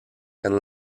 and